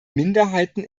minderheiten